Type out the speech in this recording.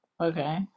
Okay